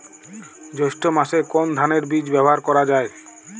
জৈষ্ঠ্য মাসে কোন ধানের বীজ ব্যবহার করা যায়?